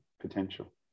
potential